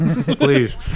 Please